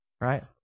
right